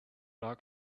not